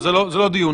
זה לא הדיון.